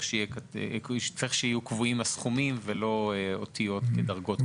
צריך שיהיו קבועים הסכומים ולא אותיות ודרגות.